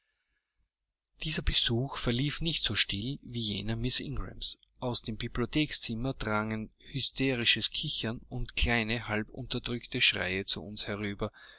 dieser besuch verlief nicht so still wie jener miß ingrams aus dem bibliothekszimmer drangen hysterisches kichern und kleine halb unterdrückte schreie zu uns herüber